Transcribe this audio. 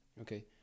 Okay